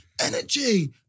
Energy